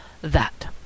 That